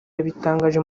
yabitangaje